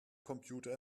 computer